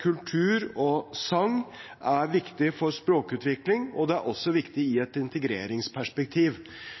kultur og sang er viktig for språkutvikling, og det er også viktig i et integreringsperspektiv.